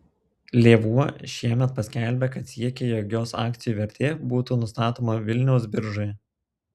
lėvuo šiemet paskelbė kad siekia jog jos akcijų vertė būtų nustatoma vilniaus biržoje